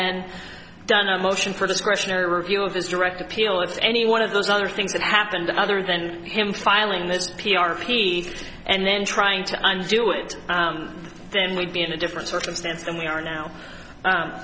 then done a motion for discretionary review of his direct appeal if any one of those other things that happened other than him filing this p r p and then trying to do it then we'd be in a different circumstance than we are now